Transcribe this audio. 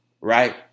right